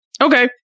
Okay